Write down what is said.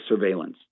surveillance